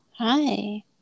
Hi